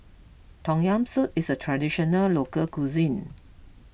Tom Yam Soup is a Traditional Local Cuisine